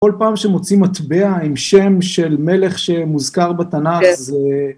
כל פעם שמוצאים מטבע עם שם של מלך שמוזכר בתנ"ך זה...